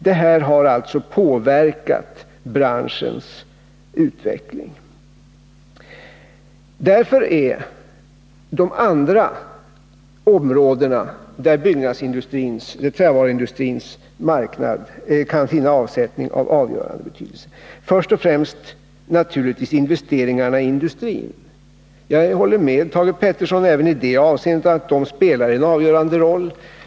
Detta har alltså påverkat branschens utveckling. Därför är de andra områden där trävaruindustrins marknad kan finna avsättning av avgörande betydelse, först och främst naturligtvis investeringarna i industrin. Jag håller även i det avseendet med Thage Peterson om att de spelar en avgörande roll.